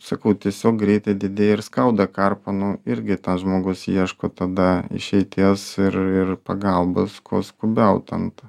sakau tiesiog greitai didėja ir skauda karpa nu irgi tas žmogus ieško tada išeities ir ir pagalbos kuo skubiau ten ta